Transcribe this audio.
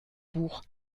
buch